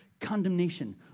condemnation